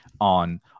on